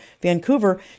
Vancouver